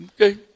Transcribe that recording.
Okay